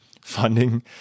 funding